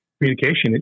communication